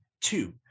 two